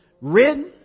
written